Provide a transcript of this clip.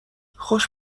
خوش